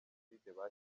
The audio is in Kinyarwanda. bashyinguye